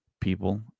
people